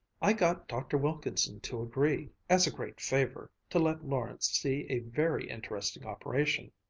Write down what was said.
i got dr. wilkinson to agree, as a great favor, to let lawrence see a very interesting operation.